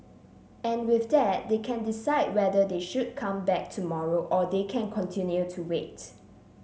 and with that they can decide whether they should come back tomorrow or they can continue to wait